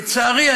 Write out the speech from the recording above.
לצערי,